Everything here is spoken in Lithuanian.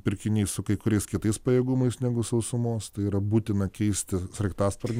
pirkiniai su kai kuriais kitais pajėgumais negu sausumos tai yra būtina keisti sraigtasparnį